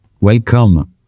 welcome